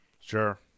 Sure